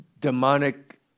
demonic